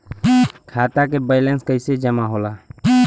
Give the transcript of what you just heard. खाता के वैंलेस कइसे जमा होला?